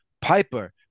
piper